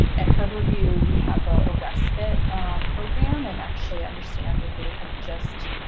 at harborview we have a respite program and actually understand that they have just